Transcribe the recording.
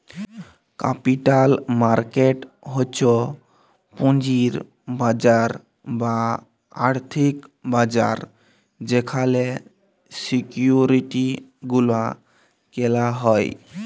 capital market হচ্ছ পুঁজির বাজার বা আর্থিক বাজার যেখালে সিকিউরিটি গুলা কেলা হ্যয়